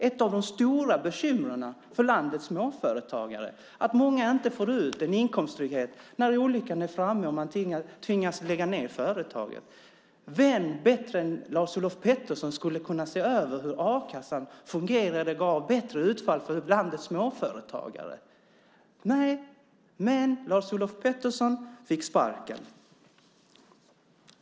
Ett av de stora bekymren för många av landets småföretagare är att de inte har någon inkomsttrygghet när olyckan är framme och man tvingas lägga ned företaget. Vem skulle bättre än Lars-Olof Pettersson kunna se över hur a-kassan fungerar och ge bättre utfall för landets småföretagare? Lars-Olof Pettersson fick sparken.